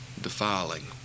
defiling